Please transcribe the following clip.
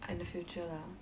in the future lah